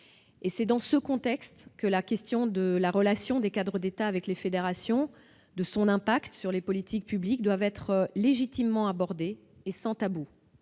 C'est dans ce contexte que la question de la relation des cadres d'État avec les fédérations et de son impact sur les politiques publiques doit être abordée sans tabou.